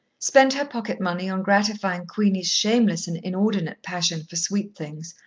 spent her pocket-money on gratifying queenie's shameless and inordinate passion for sweet things,